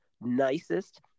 nicest